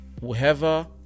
whoever